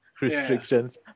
restrictions